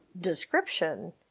description